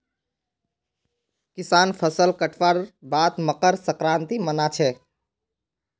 किसान फसल कटवार बाद मकर संक्रांति मना छेक